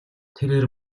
тэрээр